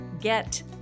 get